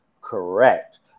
Correct